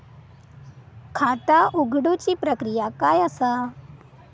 खाता उघडुची प्रक्रिया काय असा?